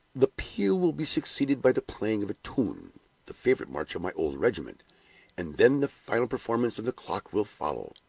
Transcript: the peal will be succeeded by the playing of a tune the favorite march of my old regiment and then the final performance of the clock will follow.